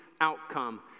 outcome